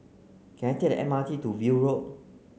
can I take the M R T to View Road